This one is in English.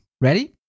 ready